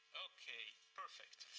okay. perfect.